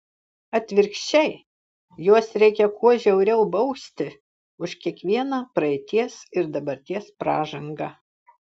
atvirkščiai juos reikia kuo žiauriau bausti už kiekvieną praeities ir dabarties pražangą